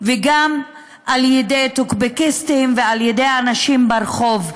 וגם על ידי טוקבקיסטים ועל ידי אנשים ברחוב,